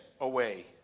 away